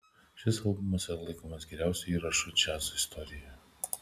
šis albumas yra laikomas geriausiu įrašu džiazo istorijoje